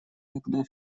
тогда